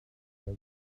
that